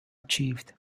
achieved